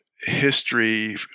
history